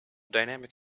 dynamic